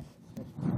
בבקשה.